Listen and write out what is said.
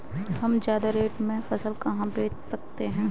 हम ज्यादा रेट में फसल कहाँ बेच सकते हैं?